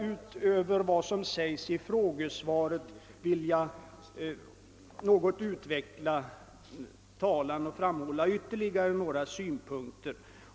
Utöver vad jag sade i frågesvaret vill jag också på den punkten anföra ytterligare några synpunkter.